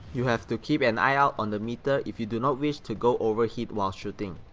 you have to keep an eye ah on the meter if you do not wish to go overheat while shooting.